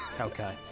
Okay